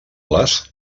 les